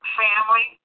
family